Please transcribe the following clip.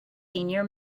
senior